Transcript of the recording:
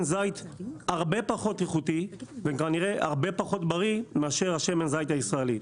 זית הרבה פחות איכותי וכנראה הרבה פחות בריא מאשר שמן הזית הישראלי.